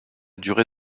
durée